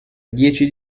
dieci